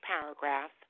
paragraph